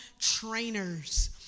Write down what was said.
trainers